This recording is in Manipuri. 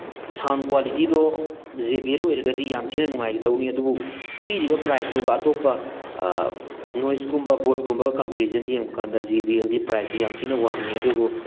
ꯁꯥꯎꯟ ꯀ꯭ꯋꯥꯂꯤꯇꯤꯗꯣ ꯖꯦ ꯕꯤ ꯑꯦꯜ ꯑꯣꯏꯔꯒꯗꯤ ꯌꯥꯝ ꯊꯤꯅ ꯅꯨꯡꯉꯥꯏꯒꯗꯧꯅꯤ ꯑꯗꯨꯕꯨ ꯄꯤꯔꯤꯕ ꯄ꯭ꯔꯥꯏꯖꯇꯨꯒ ꯑꯇꯣꯞꯄ ꯅꯣꯏꯁꯀꯨꯝꯕ ꯚꯣꯠꯀꯨꯝꯕ ꯀꯝꯄꯦꯔꯤꯖꯟ ꯌꯦꯡꯕ ꯀꯥꯟꯗ ꯖꯦ ꯕꯤ ꯑꯦꯜꯗꯤ ꯄ꯭ꯔꯥꯏꯖꯇꯣ ꯌꯥꯝ ꯊꯤꯅ ꯋꯥꯡꯉꯤ ꯑꯗꯨꯕꯨ